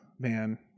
Man